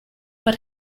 but